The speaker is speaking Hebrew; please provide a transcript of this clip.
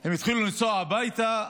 הם התחילו לנסוע הביתה,